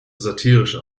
satirische